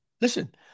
Listen